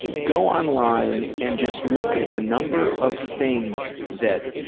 go online and just look at the number of things that